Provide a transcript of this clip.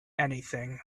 anything